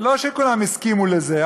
לא שכולם הסכימו לזה,